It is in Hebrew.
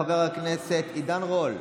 חבר הכנסת עידן רול,